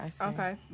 okay